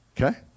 Okay